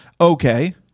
Okay